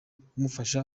kumufasha